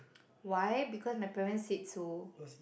why because my parents said so